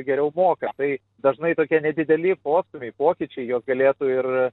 geriau moka tai dažnai tokie nedideli postūmiai pokyčiai juos galėtų ir